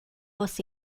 você